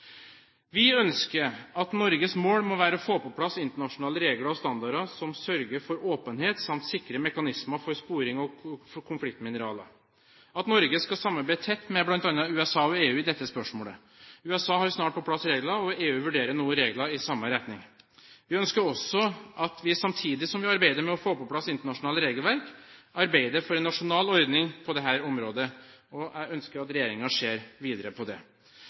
Vi ønsker at Norges mål må være å få på plass internasjonale regler og standarder som sørger for åpenhet samt sikre mekanismer for sporing av konfliktmineraler, og at Norge skal samarbeide tett med bl.a. USA og EU i dette spørsmålet. USA har snart på plass regler, og EU vurderer nå regler i samme retning. Vi ønsker også at vi samtidig som vi arbeider med å få på plass internasjonalt regelverk, arbeider for en nasjonal ordning på dette området, og jeg ønsker at regjeringen ser videre på det.